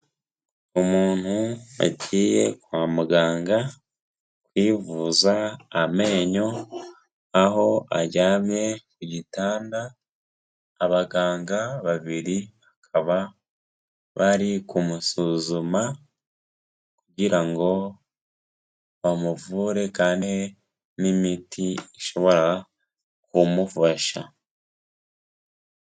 Umuntu wagiye kwa muganga, kwivuza amenyo, aho aryamye ku gitanda, abaganga babiri bakaba bari kumusuzuma kugira ngo bamuvure kandi n'imiti ishobora kumufasha.